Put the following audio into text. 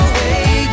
away